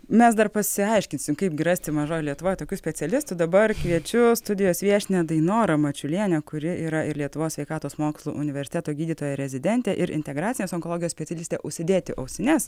mes dar pasiaiškinsim kaip gi rasti mažoj lietuvoj tokių specialistų dabar kviečiu studijos viešnią dainorą mačiulienę kuri yra ir lietuvos sveikatos mokslų universiteto gydytoja rezidentė ir integracinės onkologijos specialistė užsidėti ausines